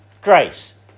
grace